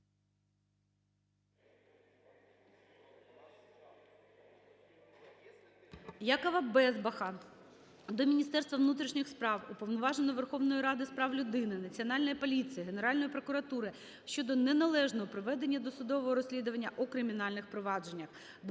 Якова Безбаха до Міністерства внутрішніх справ, Уповноваженого Верховної Ради з прав людини, Національної поліції, Генеральної прокуратури щодо неналежного проведення досудового розслідування у кримінальних провадженнях.